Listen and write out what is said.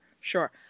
sure